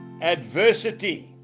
Adversity